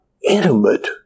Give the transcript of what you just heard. intimate